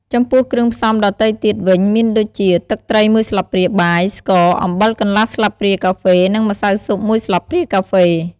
ចំពោះគ្រឿងផ្សំដទៃទៀតវិញ មានដូចជា ទឹកត្រីមួយស្លាបព្រាបាយ ស្ករ អំបិលកន្លះស្លាបព្រាកាហ្វេ និងម្សៅស៊ុបមួយស្លាបព្រាកាហ្វេ។